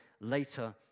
later